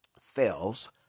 fails